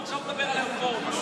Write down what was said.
עכשיו תדבר על הרפורמה.